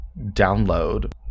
download